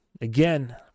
again